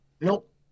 Nope